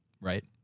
Right